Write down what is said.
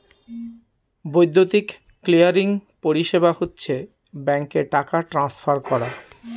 বৈদ্যুতিক ক্লিয়ারিং পরিষেবা হচ্ছে ব্যাঙ্কে টাকা ট্রান্সফার করা